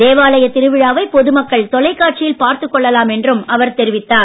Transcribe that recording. தேவாலய திருவிழாவை பொது மக்கள் தொலைக்காட்சியில் பார்த்துக் கொள்ளலாம் என்றும் அவர் தெரிவித்தார்